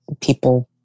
people